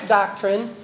doctrine